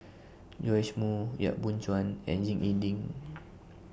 Joash Moo Yap Boon Chuan and Ying E Ding